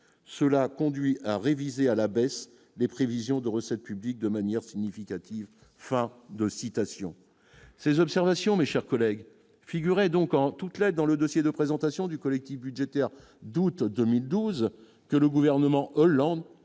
cela conduit à réviser à la baisse des prévisions de recettes publiques de manière significative, fin de citation ces observations, mes chers collègues, figurait donc en toute la dans le dossier de présentation du collectif budgétaire d'août 2012, que le gouvernement Hollande